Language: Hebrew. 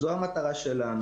זו המטרה שלנו.